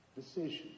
decision